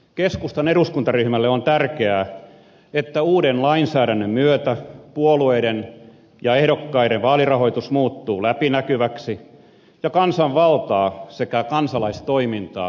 keskustan eduskuntaryhmälle on tärkeää että uuden lainsäädännön myötä puolueiden ja ehdokkaiden vaalirahoitus muuttuu läpinäkyväksi ja kansanvaltaa sekä kansalaistoimintaa tukevaksi